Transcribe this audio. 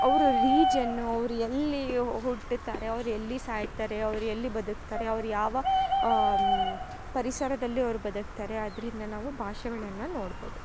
ಅವರು ರೀಜನ್ ಅವರು ಎಲ್ಲಿ ಹುಟ್ಟುತ್ತಾರೆ ಅವ್ರು ಎಲ್ಲಿ ಸಾಯುತ್ತಾರೆ ಅವ್ರು ಎಲ್ಲಿ ಬದುಕ್ತಾರೆ ಅವ್ರು ಯಾವ ಪರಿಸರದಲ್ಲಿ ಅವರು ಬದುಕ್ತಾರೆ ಅದರಿಂದ ನಾವು ಭಾಷೆಗಳನ್ನ ನೋಡ್ಬೌದು